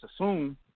assume